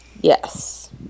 Yes